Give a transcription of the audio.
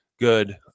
good